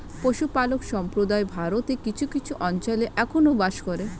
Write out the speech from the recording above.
পশুপালক সম্প্রদায় ভারতের কিছু কিছু অঞ্চলে এখনো বাস করে